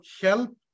help